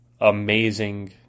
amazing